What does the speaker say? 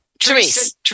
Therese